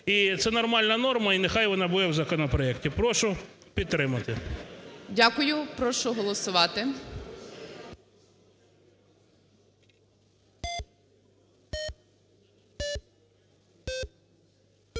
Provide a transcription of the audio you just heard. це нормальна норма, і нехай вона буде в законопроекті. Прошу підтримати. ГОЛОВУЮЧИЙ. Дякую. Прошу голосувати.